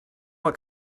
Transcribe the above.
what